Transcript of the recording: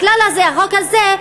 הכלל הזה, החוק הזה,